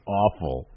awful